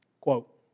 quote